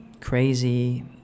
crazy